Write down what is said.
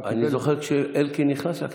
אני זוכר כשאלקין נכנס לכנסת.